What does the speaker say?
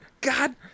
God